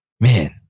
Man